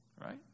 right